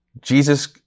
Jesus